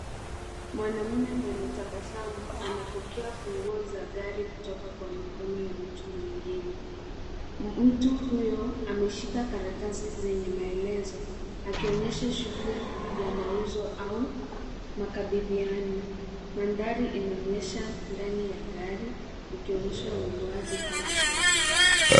Mwanaume mwenye tabasamu anapokea funguo za gari kutoka kwa mikono ya mtu mwingine. Mtu huyo ameshika karatasi zenye maelezo, akionyesha shughuli ya mauzo au makabidhiano. Mandhari inaonyesha ndani ya gari, ikionyesha ununuaji au ukodishaji.